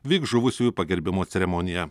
vyks žuvusiųjų pagerbimo ceremonija